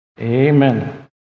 Amen